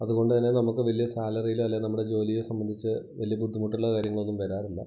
അതുകൊണ്ട് തന്നെ നമുക്ക് വലിയ സാലറിയിൽ അല്ലെൽ നമ്മുടെ ജോലിയെ സംബന്ധിച്ച് വലിയ ബുദ്ധിമുട്ടുള്ള കാര്യങ്ങളൊന്നും വരാറില്ല